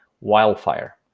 wildfire